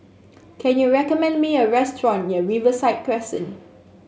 can you recommend me a restaurant near Riverside Crescent